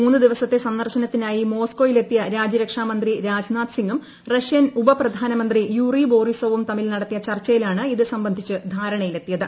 മൂന്ന് ദിവസത്തെ സന്ദർശനത്തിനായി മോസ്കോയിലെത്തിയ രാജ്യരക്ഷാമന്ത്രി രാജ്നാഥ് സിംഗും റഷ്യൻ ഉപപ്രധാനമന്ത്രി യൂറി ബോറിസോവും തമ്മിൽ നടത്തിയ ചർച്ചയിലാണ് ഇത് സംബന്ധിച്ച് ധാരണയിലെത്തിയത്